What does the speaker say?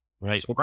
Right